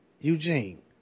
eugene